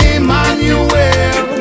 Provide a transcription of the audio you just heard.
Emmanuel